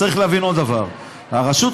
צריך להבין עוד דבר: הרשות,